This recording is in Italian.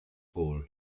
all